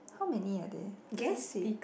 how many are there doesn't see